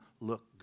look